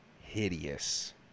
hideous